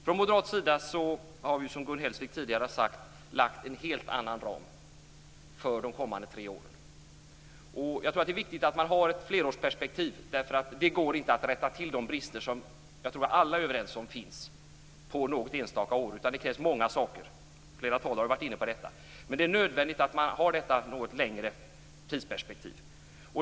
Från moderat sida har vi, som Gun Hellsvik tidigare har sagt, föreslagit en helt annan ram för de kommande tre åren. Det är viktigt att man har ett flerårsperspektiv. Det går inte att rätta till de brister som jag tror att vi alla är överens om finns på något enstaka år, utan det krävs många saker. Flera talare har varit inne på detta. Det är nödvändigt att man har detta något längre tidsperspektiv.